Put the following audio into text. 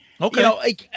Okay